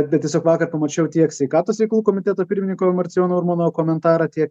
bet tiesiog vakar pamačiau tiek sveikatos reikalų komiteto pirmininko marcijono urmano komentarą tiek